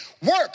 Work